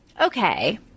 okay